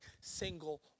single